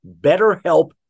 BetterHelp